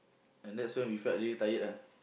and that's when we felt really tired ah